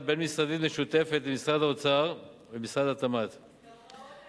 בין-משרדית משותפת למשרד האוצר ומשרד התמ"ת